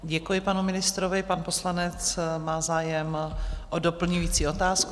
Děkuji panu ministrovi, pan poslanec má zájem o doplňující otázku.